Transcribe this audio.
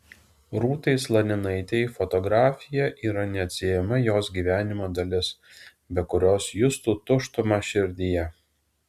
rūtai slaninaitei fotografija yra neatsiejama jos gyvenimo dalis be kurios justų tuštumą širdyje